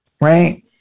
right